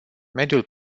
mediul